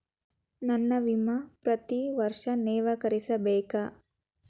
ನನ್ನ ವಿಮಾ ಪ್ರತಿ ವರ್ಷಾ ನವೇಕರಿಸಬೇಕಾ?